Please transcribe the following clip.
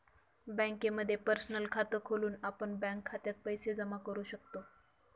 बँकेमध्ये पर्सनल खात खोलून आपण बँक खात्यात पैसे जमा करू शकतो